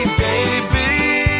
baby